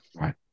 Right